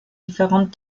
différentes